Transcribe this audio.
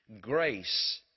grace